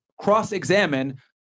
cross-examine